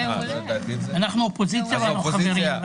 אנחנו אופוזיציה ואנחנו חברים.